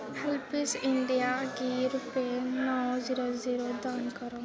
HelpAge India गी रपे नौ जीरो जीरो दान करो